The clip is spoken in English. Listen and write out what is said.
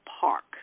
Park